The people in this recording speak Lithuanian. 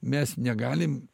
mes negalim